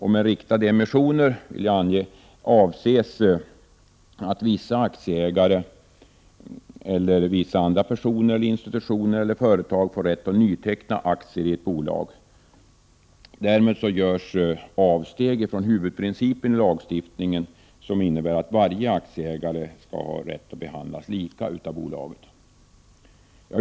Med riktade emissioner avses att vissa aktieägare eller vissa andra personer, institutioner eller företag får rätt att nyteckna aktier i ett bolag. Därmed görs avsteg från huvudprincipen i lagstiftningen som innebär att varje aktieägare skall ha rätt att behandlas lika av bolaget.